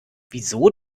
wieso